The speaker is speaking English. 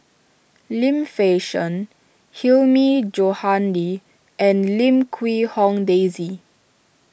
Lim Fei Shen Hilmi Johandi and Lim Quee Hong Daisy